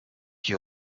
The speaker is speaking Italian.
che